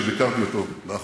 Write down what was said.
שביקרתי בו לאחרונה,